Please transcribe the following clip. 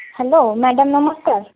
hello madam ନମସ୍କାର